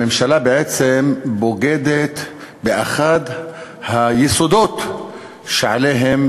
הממשלה בעצם בוגדת באחד היסודות שעליהם